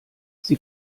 sie